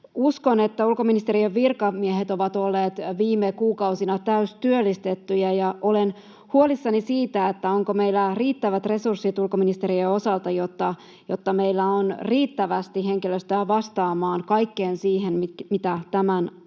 Uskon, että ulkoministeriön virkamiehet ovat olleet viime kuukausina täystyöllistettyjä, ja olen huolissani siitä, onko meillä riittävät resurssit ulkoministeriön osalta, jotta meillä on riittävästi henkilöstöä vastaamaan kaikkeen siihen, mitä tämä ajankuva